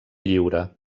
lliure